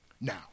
Now